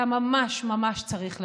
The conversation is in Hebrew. אתה ממש ממש צריך ללכת.